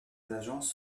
agences